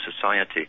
society